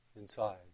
inside